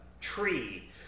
tree